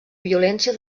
violència